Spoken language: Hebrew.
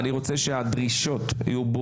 להכשיר את האנשים, זה לא יכול להיות